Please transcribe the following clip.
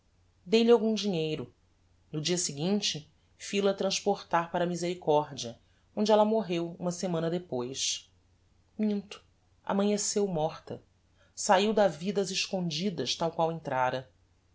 dei-lhe algum dinheiro no dia seguinte fil a transportar para a misericordia onde ella morreu uma semana depois minto amanheceu morta saiu da vida ás escondidas tal qual entrára